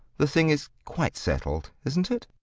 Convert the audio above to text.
the thing is quite settled, isn't it?